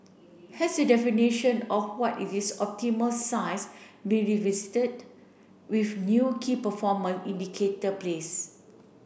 has the definition of what is this optimal size really visited with new key indicator place